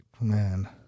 Man